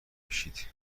میشید